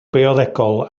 biolegol